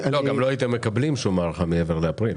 גם לא הייתם מקבלים שום הארכה מעבר לאפריל.